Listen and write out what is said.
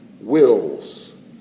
wills